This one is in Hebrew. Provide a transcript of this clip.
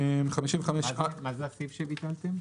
מה זה הסעיף שביטלתם?